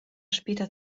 später